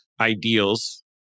ideals